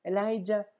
Elijah